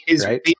Right